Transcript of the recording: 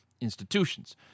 institutions